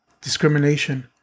discrimination